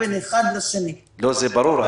זה ברור.